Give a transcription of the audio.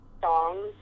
songs